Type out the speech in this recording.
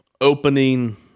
opening